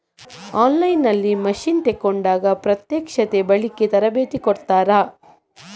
On line ನಲ್ಲಿ machine ತೆಕೋಂಡಾಗ ಪ್ರತ್ಯಕ್ಷತೆ, ಬಳಿಕೆ, ತರಬೇತಿ ಕೊಡ್ತಾರ?